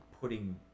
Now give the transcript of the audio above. putting